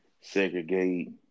segregate